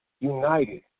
united